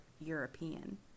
European